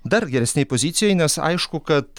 dar geresnėj pozicijoj nes aišku kad